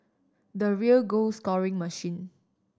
the real goal scoring machine